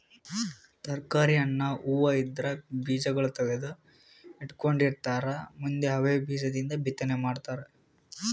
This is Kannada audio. ತರ್ಕಾರಿ, ಹಣ್ಣ್, ಹೂವಾ ಇದ್ರ್ ಬೀಜಾಗೋಳ್ ತಗದು ಇಟ್ಕೊಂಡಿರತಾರ್ ಮುಂದ್ ಅವೇ ಬೀಜದಿಂದ್ ಬಿತ್ತನೆ ಮಾಡ್ತರ್